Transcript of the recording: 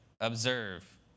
observe